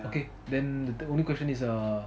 okay then the only question is uh